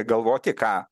galvoti ką